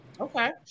Okay